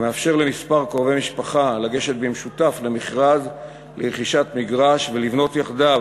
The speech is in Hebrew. המאפשרת לכמה קרובי משפחה לגשת במשותף למכרז לרכישת מגרש ולבנות יחדיו